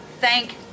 Thank